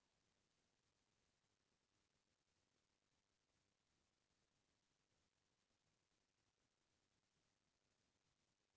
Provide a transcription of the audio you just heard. हमर देस के सब्बो कोती सिंचाई के सुबिधा नइ ए अइसन म किसान मन ल खेती के करब म बरोबर डर बने रहिथे